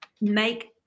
make